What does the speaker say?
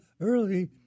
early